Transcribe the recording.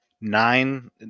Nine